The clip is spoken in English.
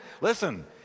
Listen